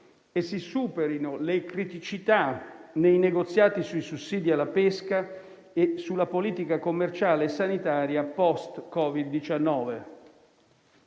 che si superino le criticità nei negoziati sui sussidi alla pesca e sulla politica commerciale sanitaria *post* Covid-19.